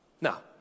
Now